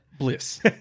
Bliss